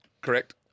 correct